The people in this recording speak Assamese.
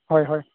হয় হয়